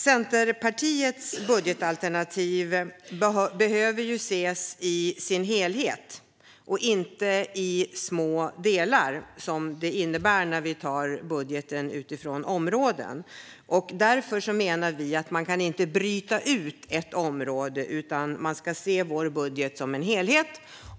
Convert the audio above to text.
Centerpartiets budgetalternativ behöver ses i sin helhet och inte i små delar, som det innebär när vi behandlar budgeten utifrån områden. Därför menar vi att man inte kan bryta ut ett område, utan man ska se vår budget som en helhet.